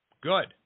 Good